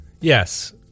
Yes